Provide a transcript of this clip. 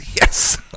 yes